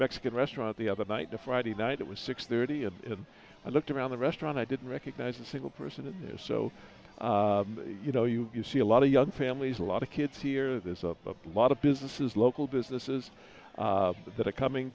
mexican restaurant the other night the friday night it was six thirty a i looked around the restaurant i didn't recognize a single person that is so you know you you see a lot of young families a lot of kids here this a lot of businesses local businesses that are coming